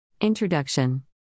Introduction